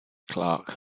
clerk